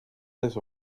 les